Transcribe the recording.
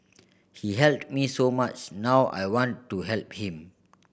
he helped me so much now I want to help him